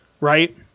right